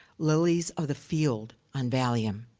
lilies of the field on valium.